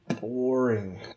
boring